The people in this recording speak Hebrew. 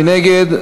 מי נגד?